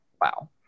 wow